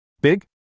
Big